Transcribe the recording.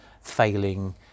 failing